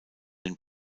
den